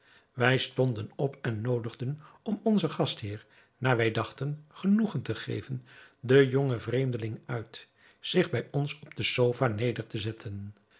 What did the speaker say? wij stonden op en noodigden om onzen gastheer naar wij dachten genoegen te geven den jongen vreemdeling uit zich bij ons op de sofa neder te zetten